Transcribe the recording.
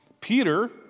Peter